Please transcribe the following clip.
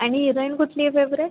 आणि हिरॉईन कुठली आहे फेवरेट